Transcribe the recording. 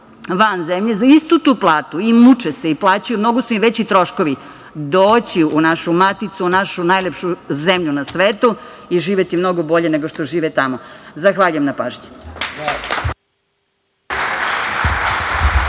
van zemlje za istu tu platu i muče se, mnogo su im veći troškovi, doći u našu maticu, u našu najlepšu zemlju na svetu i živeti mnogo bolje nego što žive tamo. Zahvaljujem na pažnji.